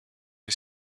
que